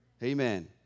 Amen